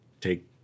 take